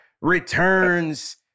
returns